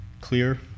clear